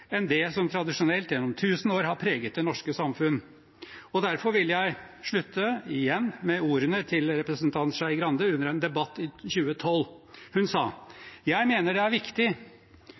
enn det som tradisjonelt gjennom tusen år har preget det norske samfunnet. Avslutningsvis vil jeg derfor igjen vise til representanten Skei Grande, under en debatt i 2012. Hun sa: «Jeg mener det er viktig,